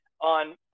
on